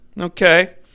Okay